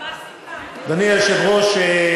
אדוני היושב-ראש,